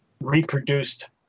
reproduced